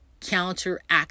counteract